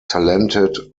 talented